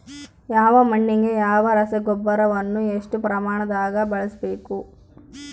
ಯಾವ ಮಣ್ಣಿಗೆ ಯಾವ ರಸಗೊಬ್ಬರವನ್ನು ಎಷ್ಟು ಪ್ರಮಾಣದಾಗ ಬಳಸ್ಬೇಕು?